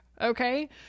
okay